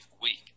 week